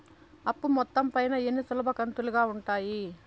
అప్పు మొత్తం పైన ఎన్ని సులభ కంతులుగా ఉంటాయి?